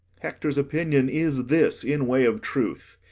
hector's opinion is this, in way of truth.